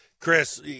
Chris